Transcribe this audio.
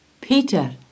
Peter